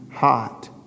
Hot